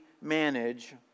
manage